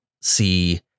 see